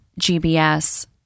GBS